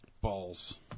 Balls